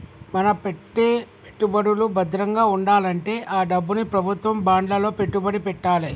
మన పెట్టే పెట్టుబడులు భద్రంగా వుండాలంటే ఆ డబ్బుని ప్రభుత్వం బాండ్లలో పెట్టుబడి పెట్టాలే